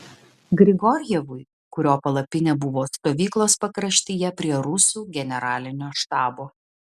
grigorjevui kurio palapinė buvo stovyklos pakraštyje prie rusų generalinio štabo